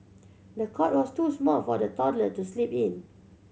the cot was too small for the toddler to sleep in